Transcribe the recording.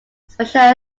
special